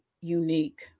unique